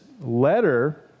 letter